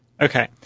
Okay